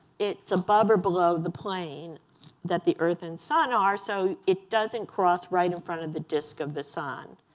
it is above or below the plane that the earth and sun are, so it doesn't cross right in front of the disk of the sun.